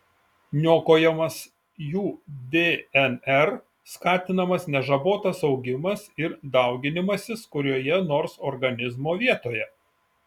niokojamas jų dnr skatinamas nežabotas augimas ir dauginimasis kurioje nors organizmo vietoje